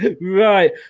right